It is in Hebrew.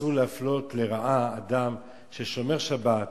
אסור להפלות לרעה אדם ששומר שבת,